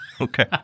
Okay